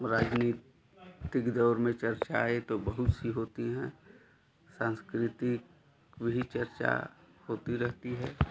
राजनी तिक दौर में चर्चाएँ तो बहुत सी होती हैं सांस्कृतिक वही चर्चा होती रहती है